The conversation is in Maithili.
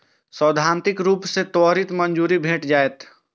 सैद्धांतिक रूप सं त्वरित मंजूरी भेट जायत